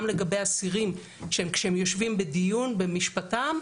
לגבי אסירים שכאשר הם יושבים בדיון במשפטם,